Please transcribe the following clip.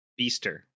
Beaster